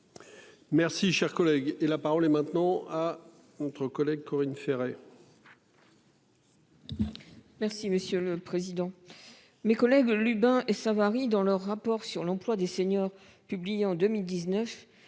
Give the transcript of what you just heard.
Merci cher collègue. Et la parole est maintenant à entre collègues Corinne Ferré.